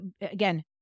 again